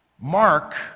Mark